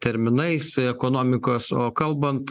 terminais ekonomikos o kalbant